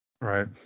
right